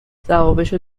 جوابشو